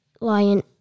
Lion